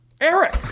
Eric